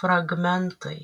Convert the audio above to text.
fragmentai